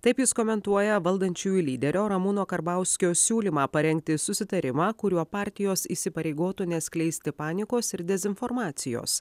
taip jis komentuoja valdančiųjų lyderio ramūno karbauskio siūlymą parengti susitarimą kuriuo partijos įsipareigotų neskleisti panikos ir dezinformacijos